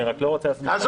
אני רק לא רוצה --- עזוב,